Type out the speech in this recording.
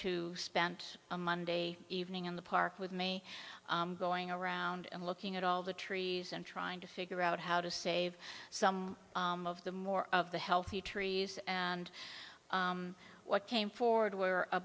to spend a monday evening in the park with me going around and looking at all the trees and trying to figure out how to save some of the more of the healthy trees and what came forward were a